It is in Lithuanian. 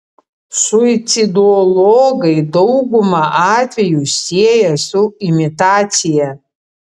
suicidologai daugumą atvejų sieja su imitacija